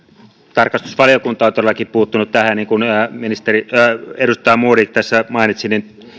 tarkastusvaliokunta on todellakin puuttunut tähän niin kuin edustaja modig tässä mainitsi